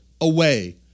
away